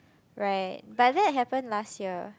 right but that happen last year